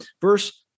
Verse